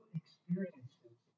experiences